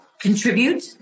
contribute